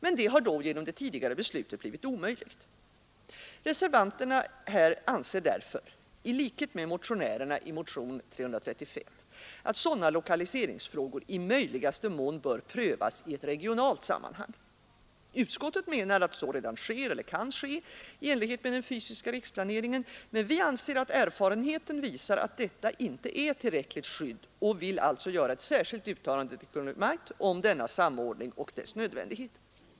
Men detta har då genom det tidigare beslutet blivit omöjligt. Reservanterna anser därför i likhet med motionärerna i motionen 335 att sådana lokaliseringsfrågor i möjligaste mån bör prövas i ett regionalt sammanhang. Utskottet menar att så redan sker eller kan ske i enlighet med den fysiska riksplaneringen, men vi anser att erfarenheten visar att detta inte är ett tillräckligt skydd och vill alltså göra ett särskilt uttalande till Kungl. Maj:t om denna samordning och dess nödvändighet.